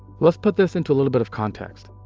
let's put this into a little bit of context.